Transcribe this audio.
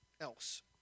else